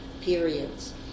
periods